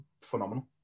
phenomenal